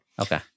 Okay